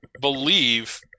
believe